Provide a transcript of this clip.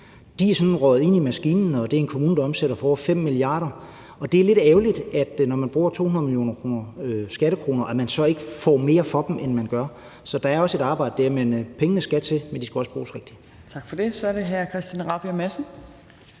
sådan røget ind i maskinen, og det er en kommune, der omsætter for over 5 mia. kr. Og det er lidt ærgerligt, at man, når man bruger 200 millioner skattekroner, så ikke får mere for dem, end man gør. Så der er også et arbejde dér – altså pengene skal til, men de skal også bruges rigtigt. Kl. 11:15 Fjerde næstformand